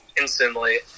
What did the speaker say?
instantly